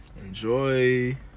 enjoy